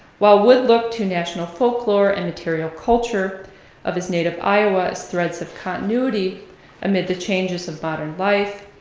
while wood looked to national folklore and material culture of his native iowa, its threads of continuity amid the changes of modern life.